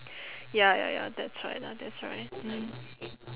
ya ya ya that's right lah that's right mm